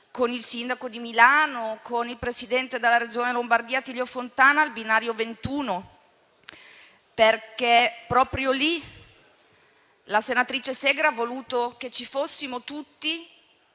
con il sindaco di Milano e con il Presidente della Regione Lombardia Attilio Fontana al binario 21, perché proprio lì la senatrice Segre ha voluto che ci fossimo tutti